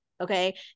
Okay